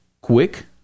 quick